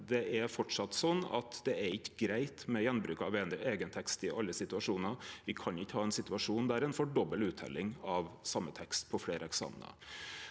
at det ikkje er greitt med gjenbruk av eigen tekst i alle situasjonar. Me kan ikkje ha ein situasjon der ein får dobbel utteljing av same tekst på fleire eksamenar.